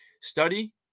study